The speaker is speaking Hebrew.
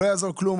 לא יעזור כלום,